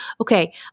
Okay